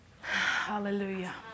Hallelujah